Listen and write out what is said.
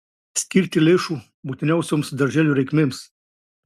skirti lėšų būtiniausioms darželių reikmėms